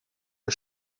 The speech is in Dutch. een